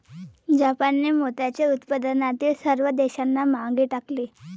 जापानने मोत्याच्या उत्पादनातील सर्व देशांना मागे टाकले